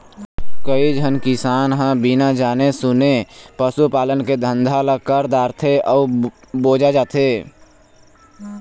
कइझन किसान ह बिना जाने सूने पसू पालन के धंधा ल कर डारथे अउ बोजा जाथे